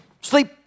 sleep